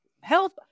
health